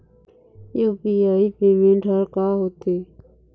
UPI payment हर का होते?